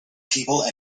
people